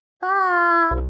bye